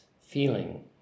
feeling